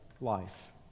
life